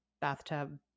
bathtub